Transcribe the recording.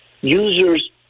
users